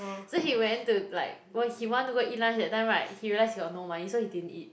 so he went to like when he want to go eat lunch that time right he realised he got no money so he didn't eat